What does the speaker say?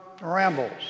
rambles